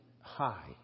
high